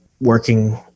working